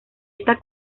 esta